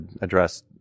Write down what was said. address